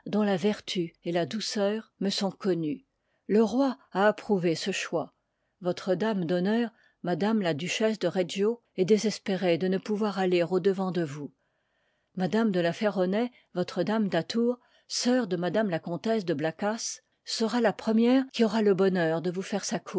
la vertu et la douceur me sont connues le roi a approuvé ce choix votre dame d'honneur m'la du chesse de reggio est désespérée de ne pouvoir aller au-devant de vous m de la ferronnays votre dame d'atours sœur de mtm la comtesse de blacas sera la première qui aura le bonheur de vous faire